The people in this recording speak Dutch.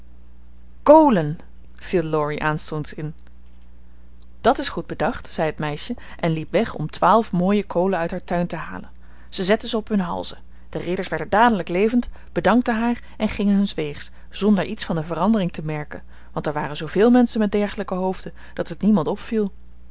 riepen koolen viel laurie aanstonds in dat is goed bedacht zei het meisje en liep weg om twaalf mooie koolen uit haar tuin te halen ze zette ze op hun halzen de ridders werden dadelijk levend bedankten haar en gingen huns weegs zonder iets van de verandering te merken want er waren zooveel menschen met dergelijke hoofden dat het niemand opviel